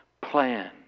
plan